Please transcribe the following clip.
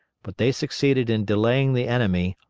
but they succeeded in delaying the enemy,